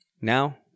now